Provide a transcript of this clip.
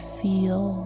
feel